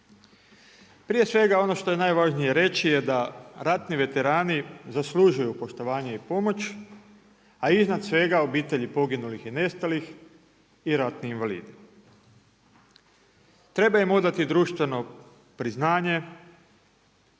Prije svega ono što je najvažnije reći je da ratni veterani zaslužuju poštovanje i pomoć, a iznad svega obitelji poginulih i nestalih i ratni invalidi. Treba im odati društveno priznanje,